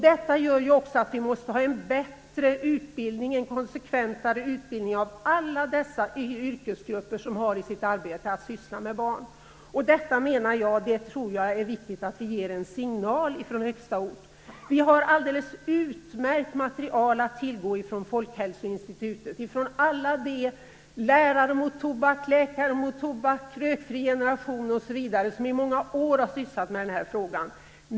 Detta gör också att vi måste ha en bättre och mer konsekvent utbildning av alla dessa yrkesgrupper som har som sitt arbete att syssla med barn. Jag tror att det är viktigt att vi ger en signal från högsta ort. Vi har alldeles utmärkt material att tillgå från Folkhälsoinstitutet, från alla de organisationer - Lärare mot tobak, Läkare mot tobak, En rökfri generation osv. - som i många år har sysslat med den här frågan.